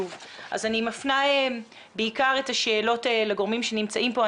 אני מפנה את השאלות בעיקר לגורמים שנמצאים פה,